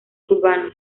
cubano